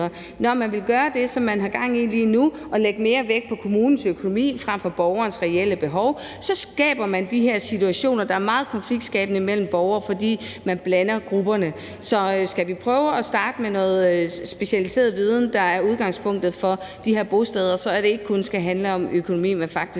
Når man vil gøre det, som man har gang i lige nu med at lægge mere vægt på kommunens økonomi frem for borgerens reelle behov, så skaber man de her situationer, der er meget konfliktskabende mellem borgere, fordi man blander grupperne. Så skal vi prøve at starte med noget specialiseret viden som udgangspunkt for de her bosteder, så det ikke kun skal handle om økonomi, men faktisk